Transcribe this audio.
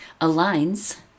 aligns